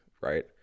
right